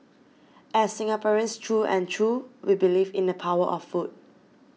as Singaporeans through and through we believe in the power of food